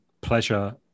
pleasure